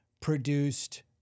produced